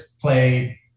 play